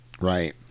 Right